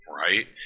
Right